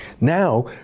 Now